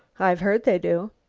i've heard they do.